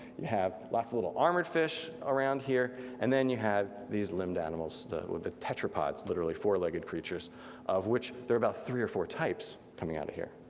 you have lots of little armored fish around here, and then you had these limbed animals with the tetrapods, literally four legged creatures of which there are about three or four types coming out of here.